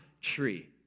tree